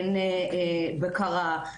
אין בקרה.